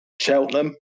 Cheltenham